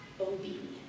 obedience